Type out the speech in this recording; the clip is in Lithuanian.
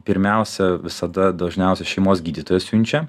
pirmiausia visada dažniausia šeimos gydytojas siunčia